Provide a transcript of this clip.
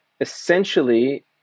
essentially